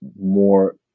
more